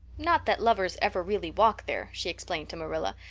not that lovers ever really walk there, she explained to marilla,